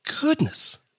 goodness